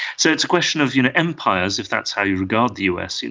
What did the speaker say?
so it's a question of you know empires, if that's how you regard the us, and